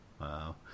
Wow